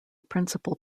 principal